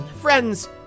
Friends